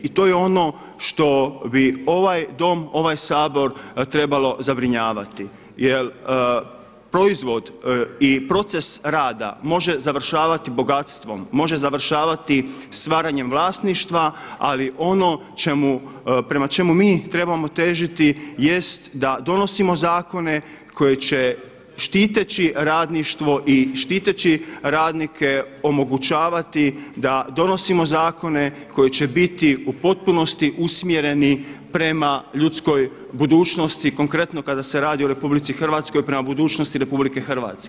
I to je ono što bi ovaj Dom, ovaj Sabor trebalo zabrinjavati, jel proizvod i proces rada može završavati bogatstvom, može završavati stvaranjem vlasništva, ali ono prema čemu mi trebamo težiti jest da donosimo zakone koji će štiteći radništvo i štiteći radnike omogućavati da donosimo zakone koji će biti u potpunosti usmjereni prema ljudskoj budućnosti, konkretno kada se radi o RH prema budućnosti RH.